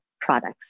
products